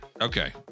Okay